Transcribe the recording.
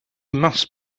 must